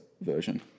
version